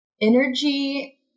energy